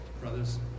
brothers